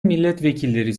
milletvekilleri